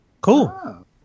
Cool